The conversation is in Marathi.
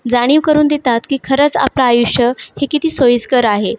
जाणीव करून देतात की खरंच आपलं आयुष्य हे किती सोयीस्कर आहे